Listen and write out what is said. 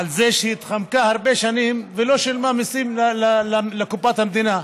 על זה שהתחמקה הרבה שנים ולא שילמה מיסים לקופת המדינה.